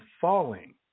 falling